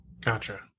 gotcha